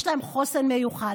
יש להם חוסן מיוחד,